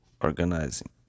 organizing